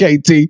KT